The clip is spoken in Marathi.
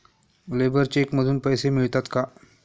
लेबर चेक मधून पैसे मिळतात का?